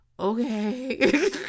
Okay